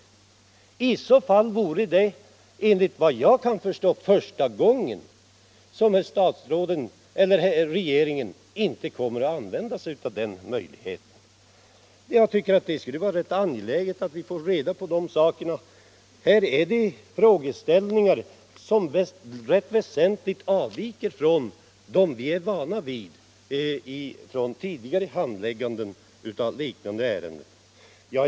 I så fall vore det enligt vad jag kan förstå första gången som regeringen inte kommer att använda sig av den möjligheten. Jag tycker det skulle vara rätt angeläget att få reda på de sakerna. Här är det frågeställningar som rätt väsentligt avviker från det vi är vana vid från tidigare handlägganden av liknande ärenden.